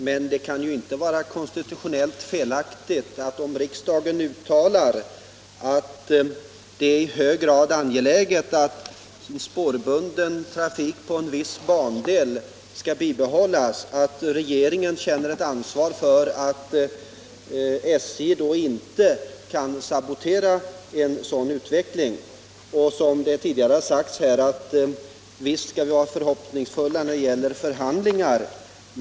Men det kan ju inte vara konstitutionellt felaktigt, om riksdagen uttalar att det är i hög grad angeläget att spårbunden trafik på en viss bandel skall bibehållas, att regeringen känner ett ansvar för att SJ då inte skall sabotera en sådan utveckling. Visst skall vi, som det tidigare har sagts här, vara förhoppningsfulla när det gäller förhandlingar.